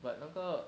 but 那个